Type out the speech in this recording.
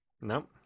No